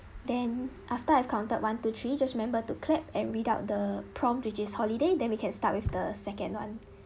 then after I've counted one two three just remember to clap and read out the prompt which is holiday then we can start with the second one